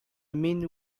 mean